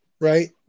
Right